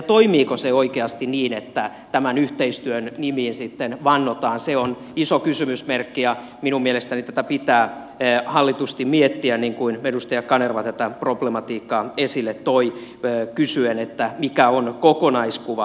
toimiiko se oikeasti niin että tämän yhteistyön nimiin sitten vannotaan se on iso kysymysmerkki ja minun mielestäni tätä pitää hallitusti miettiä niin kuin edustaja kanerva tätä problematiikkaa esille toi kysyen mikä on kokonaiskuva